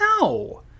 No